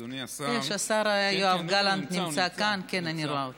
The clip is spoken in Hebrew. השר יואב גלנט נמצא כאן, אני רואה אותו.